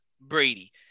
brady